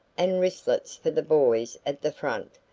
and wristlets for the boys at the front,